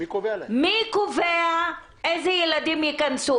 מי קובע איזה ילדים ייכנסו?